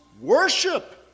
worship